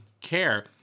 care